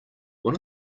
one